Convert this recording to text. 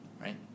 Right